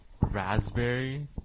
raspberry